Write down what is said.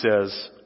says